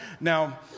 Now